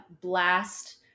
blast